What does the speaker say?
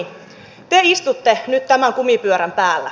te istutte nyt tämän kumipyörän päällä